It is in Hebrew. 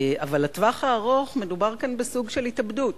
אבל לטווח הארוך מדובר כאן בסוג של התאבדות.